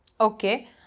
Okay